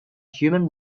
human